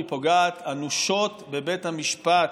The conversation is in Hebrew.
היא פוגעת אנושות בבית המשפט,